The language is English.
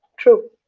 true.